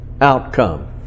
outcome